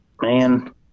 man –